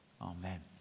Amen